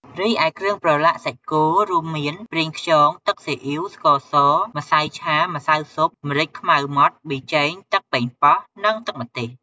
រីឯគ្រឿងប្រឡាក់សាច់គោ រួមមាន ប្រេងខ្យង ទឹកស៊ីអុីវ ស្ករស ម្សៅឆា ម្សៅស៊ុប ម្រេចខ្មៅម៉ដ្ឋ ប៊ីចេង ទឹកប៉េងប៉ោះ និង ទឹកម្ទេស។